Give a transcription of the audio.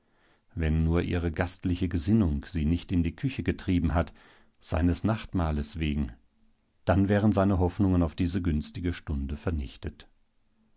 wenn nur ihre gastliche gesinnung sie nicht in die küche getrieben hat seines nachtmahles wegen dann wären seine hoffnungen auf diese günstige stunde vernichtet